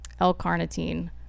l-carnitine